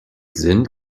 sind